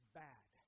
bad